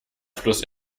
fluss